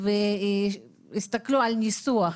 ויסתכלו על הניסוח.